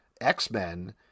X-Men